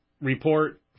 report